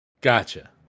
Gotcha